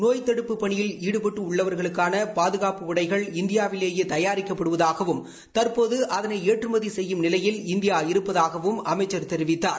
நோய் தடுப்பு பணியில் ஈடுபட்டுள்ளவா்களுக்கான பாதுகாப்பு உடைகள் இந்தியாவிலேயே தயாரிக்கப்படுவதாகவும் தற்போது அதனை ஏற்றுமதி செய்யும் நிலையில் இந்தியா இருப்பதாகவும் அமைச்சர் தெரிவித்தார்